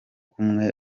kumwe